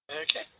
Okay